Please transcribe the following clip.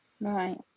right